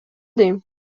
дейм